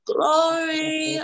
Glory